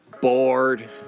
bored